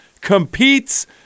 competes